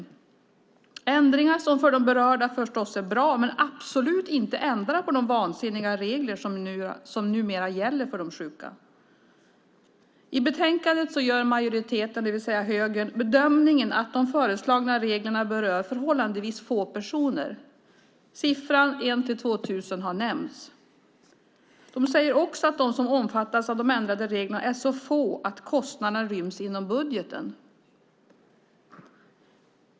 Det är ändringar som för de berörda förstås är bra men som absolut inte ändrar på de vansinniga regler som numera gäller för de sjuka. I betänkandet gör majoriteten, det vill säga högern, bedömningen att de föreslagna reglerna berör förhållandevis få personer. Siffror mellan 1 000 och 2 000 har nämnts. De säger också att de som omfattas av de ändrade reglerna är så få att kostnaden ryms inom budgeten.